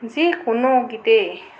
যিকোনো গীতেই